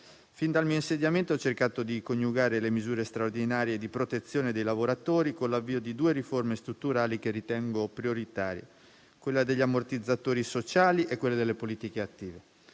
Fin dal mio insediamento, ho cercato di coniugare le misure straordinarie di protezione dei lavoratori, con l'avvio di due riforme strutturali che ritengo prioritarie: quella degli ammortizzatori sociali e quella delle politiche attive.